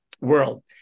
world